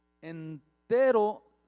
entero